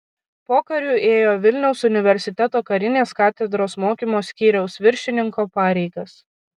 pokariu ėjo vilniaus universiteto karinės katedros mokymo skyriaus viršininko pareigas